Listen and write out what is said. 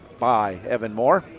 by evan moore.